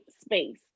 space